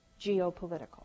geopolitical